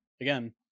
again